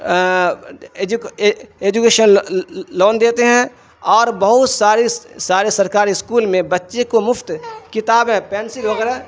age education loan دیتے ہیں اور بہت ساریے سارے سرکاری اسکول میں بچے کو مفت کتابیں پینسل وغیرہ